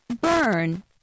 burn